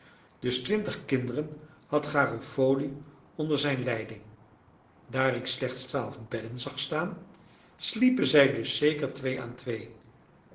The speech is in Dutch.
dus twintig kinderen had garofoli onder zijn leiding daar ik slechts twaalf bedden zag staan sliepen zij dus zeker twee aan twee